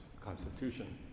Constitution